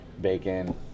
bacon